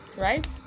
Right